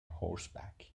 horseback